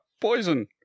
poison